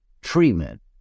treatment